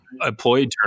employee